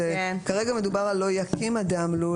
כרגע מדובר על "לא יקים אדם לול".